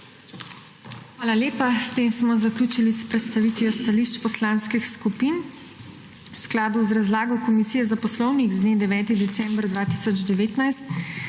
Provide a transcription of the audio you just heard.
Hvala lepa. Zaključili smo predstavitev stališč poslanskih skupin. V skladu z razlago Komisije za poslovnik z dne 9. december 2019